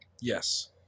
Yes